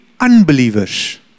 unbelievers